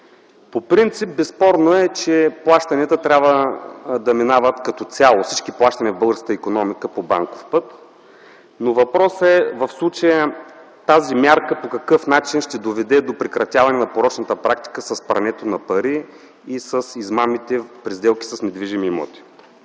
По принцип, безспорно е, че плащанията трябва да минават като цяло, всички плащания в българската икономика – по банков път. Но въпросът в случая е: тази мярка по какъв начин ще доведе до прекратяване на порочната практика с прането на пари и с измамите при сделки с недвижими имоти?